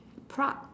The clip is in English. Prague